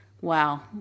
wow